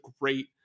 great